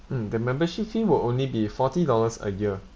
mm the membership fee will only be forty dollars a year